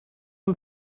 und